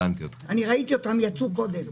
אני ראיתי אותם, הם יצאו קודם.